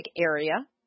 area